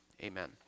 amen